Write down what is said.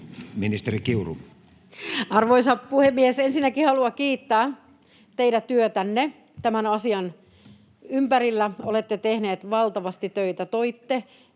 Ministeri Kiuru. Arvoisa puhemies! Ensinnäkin haluan kiittää teidän työtänne tämän asian ympärillä. Olette tehnyt valtavasti töitä. Toitte